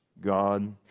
God